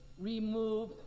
remove